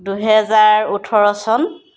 দুহেজাৰ ওঁঠৰ চন